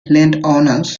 landowners